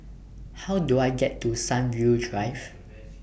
How Do I get to Sunview Drive